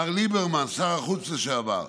מר ליברמן, שר החוץ לשעבר,